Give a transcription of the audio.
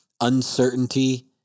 uncertainty